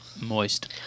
Moist